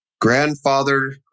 grandfather